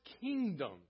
kingdom